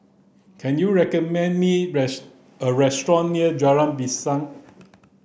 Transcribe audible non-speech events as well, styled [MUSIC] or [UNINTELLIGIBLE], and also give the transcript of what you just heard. can you recommend me [UNINTELLIGIBLE] a restaurant near Jalan Pisang